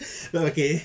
oh okay